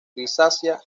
grisácea